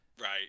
Right